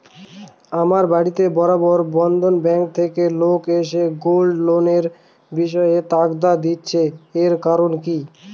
আমার বাড়িতে বার বার বন্ধন ব্যাংক থেকে লোক এসে গোল্ড লোনের বিষয়ে তাগাদা দিচ্ছে এর কারণ কি?